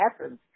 essence